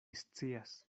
scias